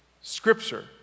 Scripture